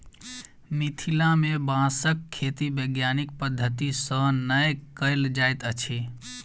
मिथिला मे बाँसक खेती वैज्ञानिक पद्धति सॅ नै कयल जाइत अछि